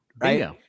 right